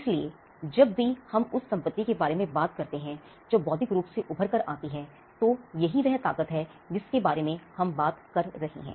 इसलिए जब भी हम उस संपत्ति के बारे में बात करते हैं जो बौद्धिक रूप से उभर कर आती है तो यही वह ताकत है जिसके बारे में हम बात कर रहे हैं